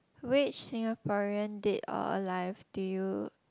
which Singaporean dead or alive do you